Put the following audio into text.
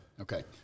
Okay